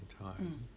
time